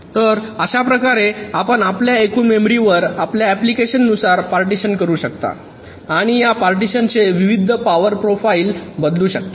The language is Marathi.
तर अशाप्रकारे आपण आपल्या एकूण मेमरीवर आपल्या अप्लिकेशन नुसार पार्टीशन करू शकता आणि या पार्टीशन चे विविध पॉवर प्रोफाइल बदलू शकतात